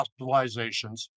hospitalizations